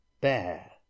bear